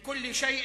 כמוך,